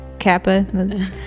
Kappa